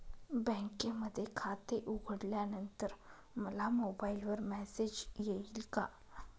बँकेमध्ये खाते उघडल्यानंतर मला मोबाईलवर मेसेज येईल का?